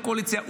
לקואליציה,